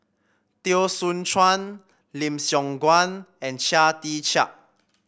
Teo Soon Chuan Lim Siong Guan and Chia Tee Chiak